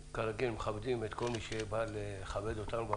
ברגע שעלו קולות של מגזרים שונים בתעשייה